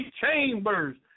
chambers